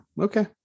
Okay